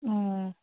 ꯑꯣ